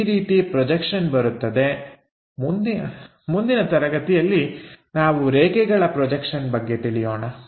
ಈ ರೀತಿ ಪ್ರೊಜೆಕ್ಷನ್ ಬರುತ್ತದೆ ಮುಂದಿನ ತರಗತಿಯಲ್ಲಿ ನಾವು ರೇಖೆಗಳ ಪ್ರೊಜೆಕ್ಷನ್ ಬಗ್ಗೆ ತಿಳಿಯೋಣ